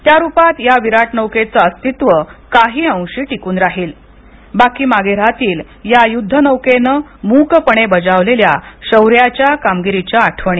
त्यारुपात या विराट नौकेचं अस्तित्व काही अंशी टिकून राहील बाकी मागे राहतील या नौकेनं मूकपणे बजावलेल्या शौर्याच्या कामगिरीच्या आठवणी